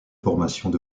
formations